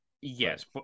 Yes